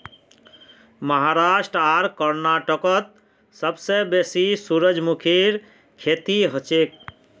महाराष्ट्र आर कर्नाटकत सबसे बेसी सूरजमुखीर खेती हछेक